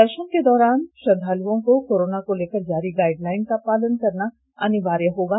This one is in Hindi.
दर्शन के दौरान श्रद्वालुओं को कोरोना को लेकर जारी गाईडलाइन का पालन करना अनिवार्य किया गया है